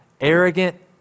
arrogant